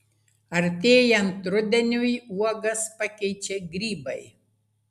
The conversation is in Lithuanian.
artėjant rudeniui uogas pakeičia grybai